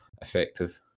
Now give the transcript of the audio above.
effective